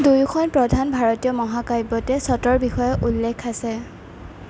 দুয়োখন প্ৰধান ভাৰতীয় মহাকাব্যতে ছটৰ বিষয়ে উল্লেখ আছে